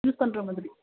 use பண்ணுற மாதிரி